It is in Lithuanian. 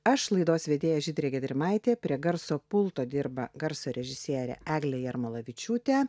aš laidos vedėja žydrė gedrimaitė prie garso pulto dirba garso režisierė eglė jarmolavičiūtė